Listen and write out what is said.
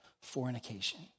fornication